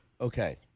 okay